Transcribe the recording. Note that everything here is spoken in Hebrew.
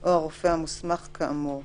או הרופא המוסמך כאמור.